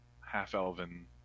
half-elven